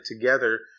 together